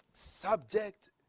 subject